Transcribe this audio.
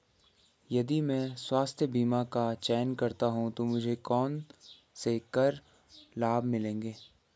यदि मैं स्वास्थ्य बीमा का चयन करता हूँ तो मुझे कौन से कर लाभ मिलेंगे?